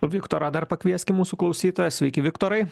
viktorą dar pakvieskim mūsų klausytoją sveiki viktorai